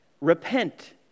repent